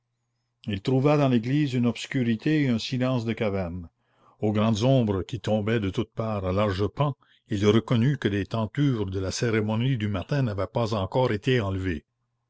il trouva dans l'église une obscurité et un silence de caverne aux grandes ombres qui tombaient de toutes parts à larges pans il reconnut que les tentures de la cérémonie du matin n'avaient pas encore été enlevées